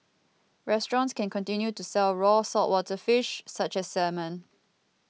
restaurants can continue to sell raw saltwater fish such as salmon